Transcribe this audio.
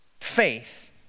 faith